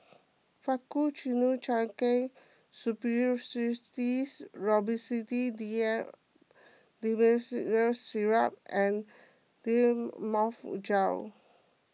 Faktu D M Syrup and Difflam Mouth Gel